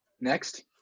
Next